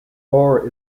ore